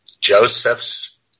Joseph's